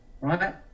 right